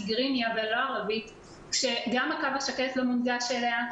תיגריניה ולא ערבית כשגם הקו השקט לא מונגש לה,